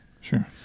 Sure